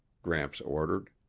gramps ordered.